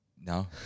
no